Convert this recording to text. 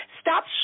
Stop